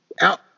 out